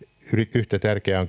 yhtä tärkeää